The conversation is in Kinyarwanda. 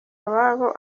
ababo